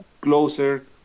closer